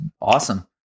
awesome